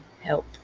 help